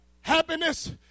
Happiness